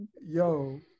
yo